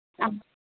ᱟᱢ